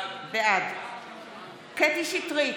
בעד קטי קטרין שטרית,